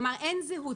כלומר, אין זהות.